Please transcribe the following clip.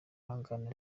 ihangane